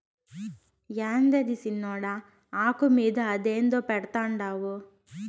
యాందది సిన్నోడా, ఆకు మీద అదేందో పెడ్తండావు